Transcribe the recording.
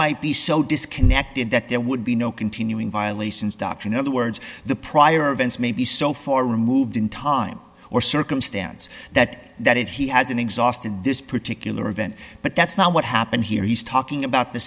might be so disconnected that there would be no continuing violations doctrine in other words the prior events may be so far removed in time or circumstance that that if he has an exhausted this particular event but that's not what happened here he's talking about the